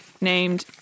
named